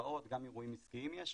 גם אירועים עסקיים יש שם,